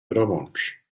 romontsch